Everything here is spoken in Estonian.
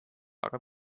aga